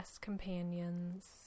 Companions